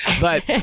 but-